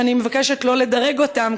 שאני מבקשת לא לדרג אותם,